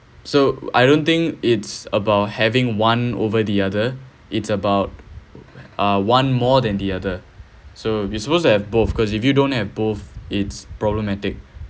so I don't think it's about having one over the other it's about uh one more than the other so you are supposed to have both because if you don't have both it's problematic